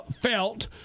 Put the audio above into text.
felt